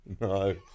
No